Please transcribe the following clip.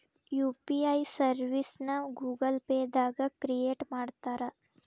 UPI ಸರ್ವಿಸ್ನ Google Pay ದಾಗ create ಮಾಡ್ತಾರಾ